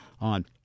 on